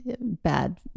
bad